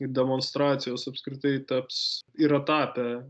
ir demonstracijos apskritai taps yra tapę